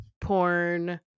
porn